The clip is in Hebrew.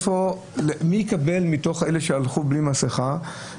מי יקבל מתוך אלה שהלכו בלי מסכה?